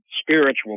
spiritual